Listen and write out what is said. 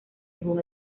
según